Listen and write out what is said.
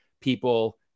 people